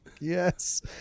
yes